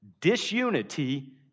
Disunity